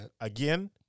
Again